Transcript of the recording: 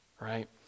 right